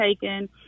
taken